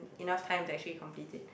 enough time to actually complete it